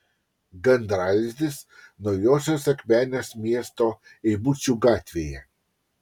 gandralizdis naujosios akmenės miesto eibučių gatvėje